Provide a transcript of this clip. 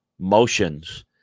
motions